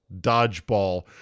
dodgeball